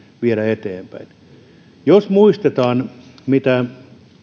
viedä eteenpäin tätä jos muistetaan mitä